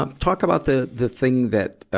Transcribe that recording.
and talk about the, the thing that, ah,